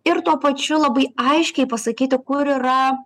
ir tuo pačiu labai aiškiai pasakyti kur yra